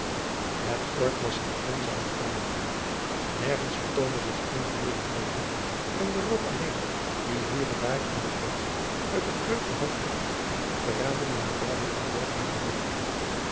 het oord was hier eenzaam en verlaten nergens vertoonde zich eenig levend wezen en de rook alleen die hier en daar in de verte uit het kreupelhout opging verraadde de nabijheid van dorpen en gehuchten